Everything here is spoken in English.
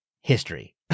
history